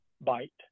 bite